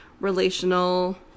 relational